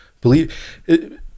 believe